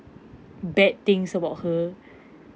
bad things about her